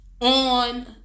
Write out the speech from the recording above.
on